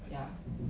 yeah